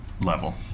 level